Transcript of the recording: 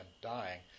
dying